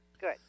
Good